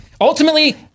ultimately